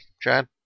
Chad